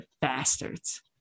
bastards